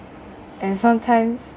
and sometimes